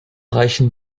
reichen